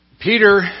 Peter